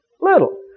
little